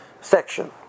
section